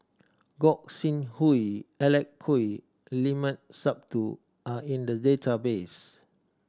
Gog Sing Hooi Alec Kuok Limat Sabtu are in the database